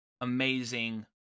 amazing